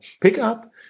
pickup